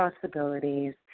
possibilities